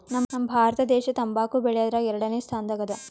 ನಮ್ ಭಾರತ ದೇಶ್ ತಂಬಾಕ್ ಬೆಳ್ಯಾದ್ರಗ್ ಎರಡನೇ ಸ್ತಾನದಾಗ್ ಅದಾ